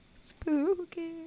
Spooky